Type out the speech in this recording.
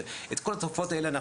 את כל התופעות האלה,